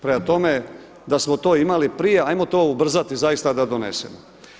Prema tome, da smo to imali prije, ajmo to ubrzati zaista da donesemo.